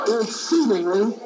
exceedingly